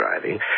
driving